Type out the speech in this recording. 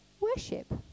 worship